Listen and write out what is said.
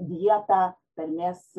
vietą tarmės